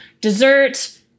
dessert